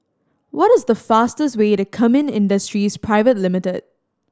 what is the fastest way to Kemin Industries Limited